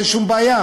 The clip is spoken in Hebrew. אין שום בעיה.